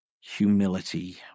humility